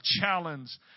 challenge